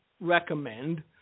recommend